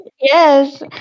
Yes